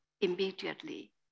immediately